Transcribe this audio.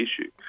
issue